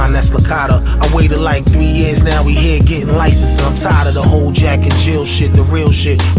um that's licatta i ah waited like three years, now we here gettin' licenses i'm tired of the whole jack and jill shit, the real shit